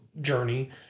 journey